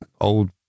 old